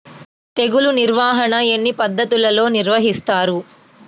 తెగులు నిర్వాహణ ఎన్ని పద్ధతులలో నిర్వహిస్తారు?